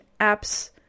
apps